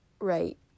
right